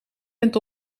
bent